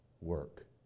work